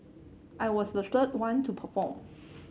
I was the third one to perform